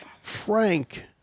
Frank